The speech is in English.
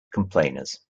complainers